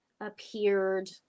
appeared